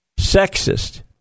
Sexist